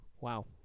wow